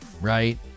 Right